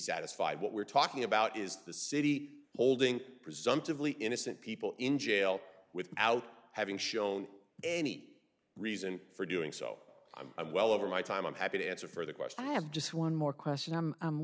satisfied what we're talking about is the city holding presumptively innocent people in jail without having shown any reason for doing so i'm well over my time i'm happy to answer further question i have just one more question i'm